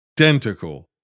identical